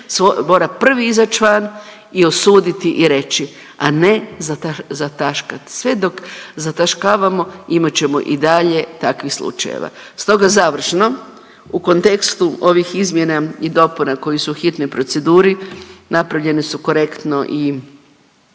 Mora prvi izać van i osuditi i reći, a ne zataškat. Sve dok zataškavamo imat ćemo i dalje takvih slučajeva. Stoga završno, u kontekstu ovih izmjena i dopuna koji su u hitnoj proceduri napravljene su korektno i